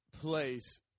place